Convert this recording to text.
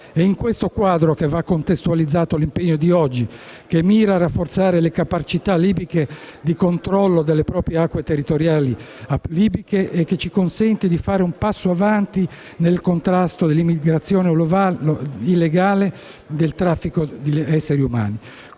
È in questo quadro che va contestualizzato l'impegno di oggi, che mira a rafforzare la capacità libiche di controllo delle proprie acque territoriali libiche e ci consente di fare un passo in avanti nel contrasto dell'immigrazione illegale e del traffico di esseri umani,